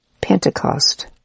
Pentecost